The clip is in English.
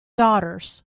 daughters